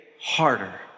harder